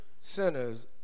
sinners